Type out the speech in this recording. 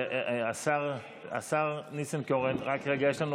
השר ניסנקורן, רק רגע, יש לנו